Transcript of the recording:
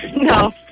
no